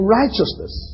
righteousness